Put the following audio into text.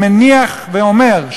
אני מניח ואומר,